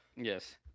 Yes